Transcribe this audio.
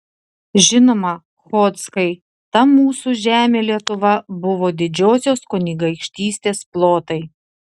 žinoma chodzkai ta mūsų žemė lietuva buvo didžiosios kunigaikštystės plotai